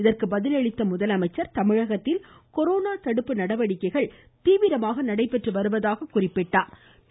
அதற்கு பதிலளித்த முதலமைச்சர் தமிழகத்தில் கொரோனா தடுப்பு நடவடிக்கைகள் தீவிரமாக நடைபெற்று வருவதாக குறிப்பிட்டார்